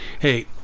hey